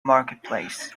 marketplace